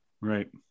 right